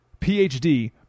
PhD